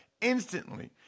instantly